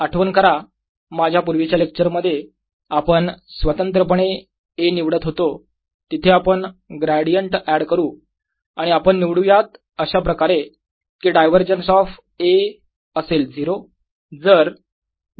आठवण करा माझ्या पूर्वीच्या लेक्चर मध्ये आपण स्वतंत्रपणे A निवडत होतो तिथे आपण ग्रॅडियंट ऍड करू आणि आपण निवडूयात अशाप्रकारे की डायवरजन्स ऑफ A असेल 0